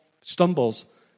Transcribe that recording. stumbles